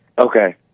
Okay